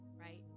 right